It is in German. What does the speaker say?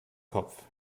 kopf